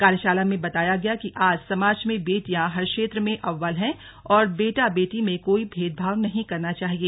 कार्यशाला में बताया गया कि आज समाज में बेटियां हर क्षेत्र में अव्वल है और बेटा बेटी में कोई भेदभाव नहीं करना चाहिए